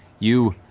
you